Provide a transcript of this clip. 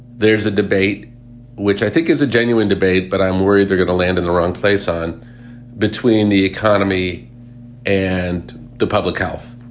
there's a debate which i think is a genuine debate. but i'm worried they're going to land in the wrong place on between the economy and the public health.